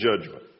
judgment